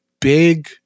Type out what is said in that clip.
big